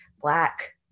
Black